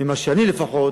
ממה שאני לפחות,